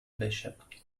bishop